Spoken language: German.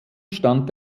stand